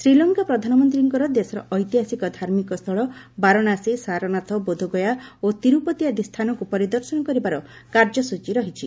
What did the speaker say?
ଶ୍ରୀଲଙ୍କା ପ୍ରଧାନମନ୍ତ୍ରୀଙ୍କର ଦେଶର ଐତିହାସିକ ଧାମିକ ସ୍ଥଳ ବାରାଣାସୀ ସାରନାଥ ବୋଧଗୟା ଓ ତିରୁପତି ଆଦି ସ୍ଥାନକୁ ପରିଦର୍ଶନ କରିବାର କାର୍ଯ୍ୟସୂଚୀ ରହିଛି